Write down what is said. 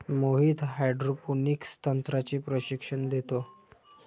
Mohit hydroponics तंत्राचे प्रशिक्षण देतो